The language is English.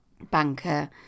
banker